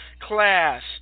class